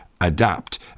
ADAPT